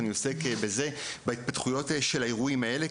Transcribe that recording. בהן אני עוסק בהתפתחויות של האירועים האלה,